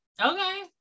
okay